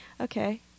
Okay